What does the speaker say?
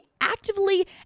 actively